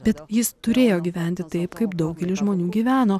bet jis turėjo gyventi taip kaip daugelis žmonių gyveno